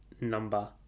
number